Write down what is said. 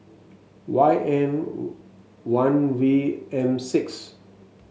Y N one V M six